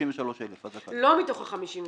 לא מתוך ה-53.